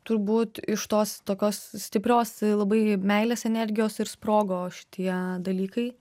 turbūt iš tos tokios stiprios labai meilės energijos ir sprogo šitie dalykai